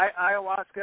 ayahuasca